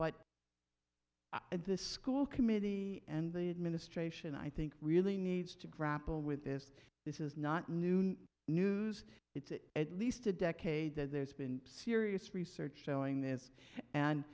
but at this school committee and the administration i think really needs to grapple with this this is not new news it's at least a decade that there's been serious research showing this and